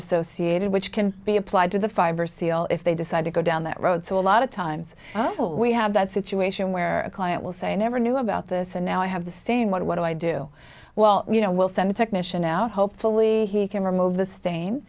associated which can be applied to the fiber seal if they decide to go down that road so a lot of times we have that situation where a client will say i never knew about this and now i have the saying what do i do well you know we'll send a technician out hopefully he can remove the stain